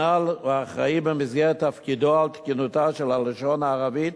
הנ"ל אחראי במסגרת תפקידו על תקינותה של הלשון הערבית